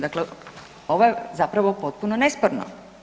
Dakle, ovo je zapravo potpuno nesporno.